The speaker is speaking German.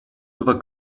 über